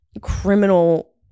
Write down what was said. criminal